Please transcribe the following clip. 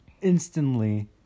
instantly